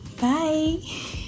Bye